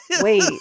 wait